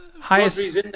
Highest